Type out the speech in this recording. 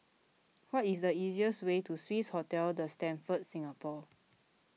what is the easier's way to Swissotel the Stamford Singapore